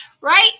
Right